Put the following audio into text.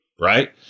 right